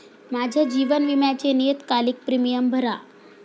माझ्या जीवन विम्याचे नियतकालिक प्रीमियम भरा